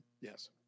Yes